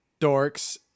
dorks